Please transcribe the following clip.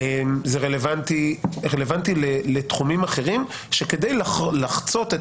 זה רלוונטי לתחומים אחרים שכדי לחצות את